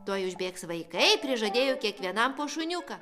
tuoj užbėgs vaikai prižadėjo kiekvienam po šuniuką